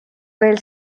veel